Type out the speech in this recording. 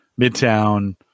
Midtown